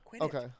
Okay